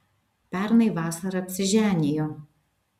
pernai vasarą apsiženijo